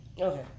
Okay